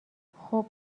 خوب